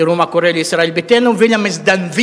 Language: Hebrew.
תראו מה קורה לישראל ביתנו ולמזדנבים